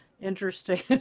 Interesting